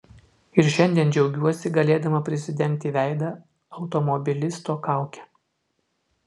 ir šiandien džiaugiuosi galėdama prisidengti veidą automobilisto kauke